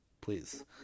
please